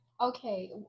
okay